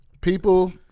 people